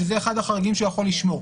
שזה אחד החריגים שהוא יכול לשמור.